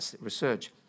research